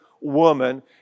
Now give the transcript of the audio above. woman